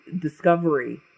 Discovery